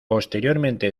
posteriormente